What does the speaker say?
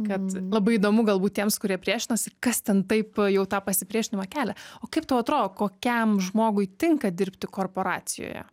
kad labai įdomu galbūt tiems kurie priešinosi kas ten taip jau tą pasipriešinimą kelia o kaip tau atrodo kokiam žmogui tinka dirbti korporacijoje